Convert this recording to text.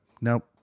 nope